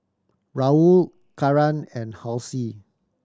Raul Karan and Halsey